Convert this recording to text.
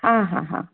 आं आं आं